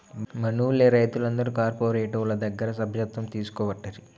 మనూళ్లె రైతులందరు కార్పోరేటోళ్ల దగ్గర సభ్యత్వం తీసుకోవట్టిరి